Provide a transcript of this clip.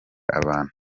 abantu